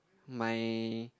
my